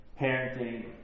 parenting